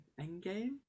Endgame